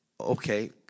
okay